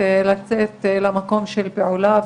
4.10.2021,